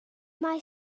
mae